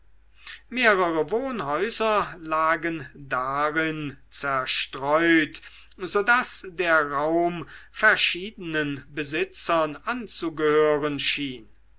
mehrere wohnhäuser lagen darin zerstreut so daß der raum verschiedenen besitzern anzugehören schien